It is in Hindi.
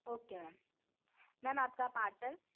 ओके मैम मैम आपका पार्सल